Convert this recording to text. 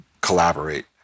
collaborate